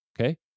okay